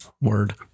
Word